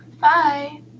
Bye